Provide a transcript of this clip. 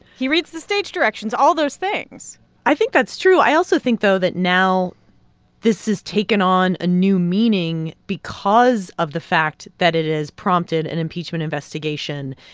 he read the stage directions all those things i think that's true. i also think, though, that now this has taken on a new meaning because of the fact that it has prompted an impeachment investigation,